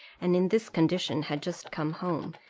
and in this condition had just come home,